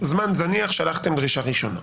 זמן זניח, שלחתם דרישה ראשונה.